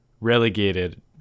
relegated